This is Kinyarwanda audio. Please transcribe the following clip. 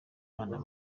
bana